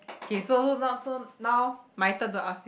okay so now so now my turn to ask